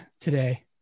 today